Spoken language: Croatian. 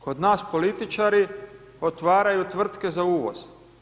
Kod nas političari otvaraju tvrtke za uvoz.